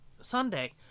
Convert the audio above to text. Sunday